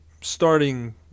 starting